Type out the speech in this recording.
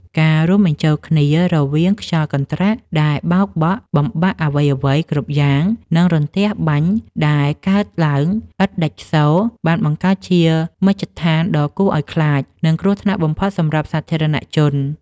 ការរួមបញ្ចូលគ្នារវាងខ្យល់កន្ត្រាក់ដែលបោកបក់បំបាក់អ្វីៗគ្រប់យ៉ាង និងរន្ទះបាញ់ដែលកើតឡើងឥតដាច់សូរ បានបង្កើតជាមជ្ឈដ្ឋានដ៏គួរឱ្យខ្លាច និងគ្រោះថ្នាក់បំផុតសម្រាប់សាធារណជន។